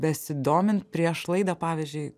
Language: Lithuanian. besidomin prieš laidą pavyzdžiui